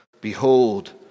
Behold